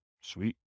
Sweet